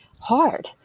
hard